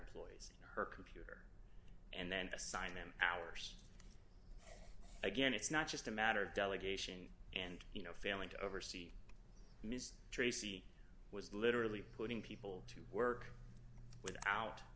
employees in her computer and then assign him hours again it's not just a matter of delegation and you know failing to oversee ms tracy was literally putting people to work without